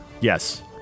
Yes